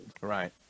Right